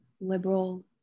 liberal